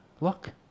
look